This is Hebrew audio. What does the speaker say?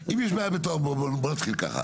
בוא נתחיל ככה.